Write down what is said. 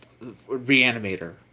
reanimator